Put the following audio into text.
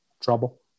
trouble